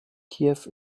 kiew